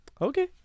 Okay